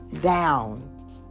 down